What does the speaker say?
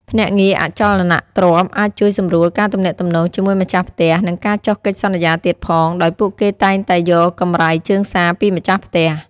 ភ្នាក់ងារអចលនទ្រព្យអាចជួយសម្រួលការទំនាក់ទំនងជាមួយម្ចាស់ផ្ទះ និងការចុះកិច្ចសន្យាទៀតផង ដោយពួកគេតែងតែយកកម្រៃជើងសារពីម្ចាស់ផ្ទះ។